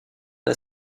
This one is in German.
der